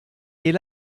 est